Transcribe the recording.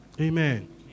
Amen